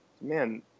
man